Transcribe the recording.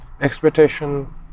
expectation